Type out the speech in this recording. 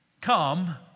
come